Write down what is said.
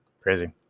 Crazy